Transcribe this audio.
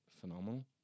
phenomenal